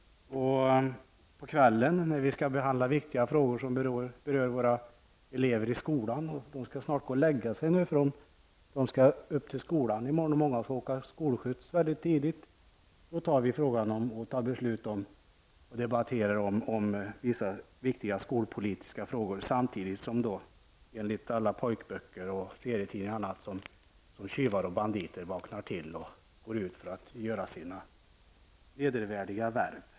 På kvällen, när skoleleverna snart skall gå och lägga sig, eftersom de skall upp och gå i skolan i morgon och många får åka skolskjuts väldigt tidigt, diskuterar vi viktiga skolpolitiska frågor. Enligt alla pojkböcker och serietidningar är det nu som tjuvar och banditer vaknar till och går ut för att fullgöra sina vedervärdiga värv.